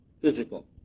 physical